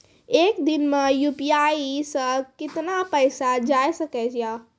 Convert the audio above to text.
एक दिन मे यु.पी.आई से कितना पैसा जाय सके या?